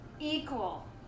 Equal